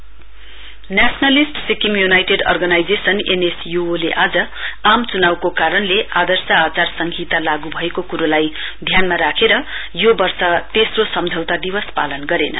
एनएसयुयो nationalist Sikkim united organisation NSUO ले आज आम चुनाउको कारणले आदर्श आचार संहिता लागू भएको कुरोलाई ध्यानमा राख्ने यो वर्ष तेस्रो सम्झौता दिवस पालन गरेन